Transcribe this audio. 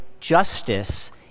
justice